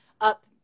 up